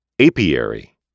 Apiary